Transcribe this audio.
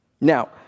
Now